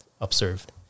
observed